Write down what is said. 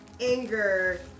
anger